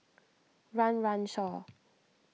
Run Run Shaw